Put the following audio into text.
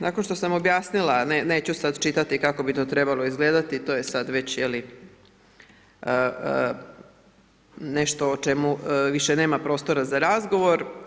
Nakon što sam objasnila, neću sad čitati kao bi to trebalo izgledati to je sad već nešto o čemu više nema prostora za razgovor.